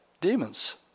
demons